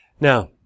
Now